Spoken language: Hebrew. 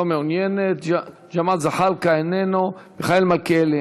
לא מעוניינת, ג'מאל זחאלקה, איננו,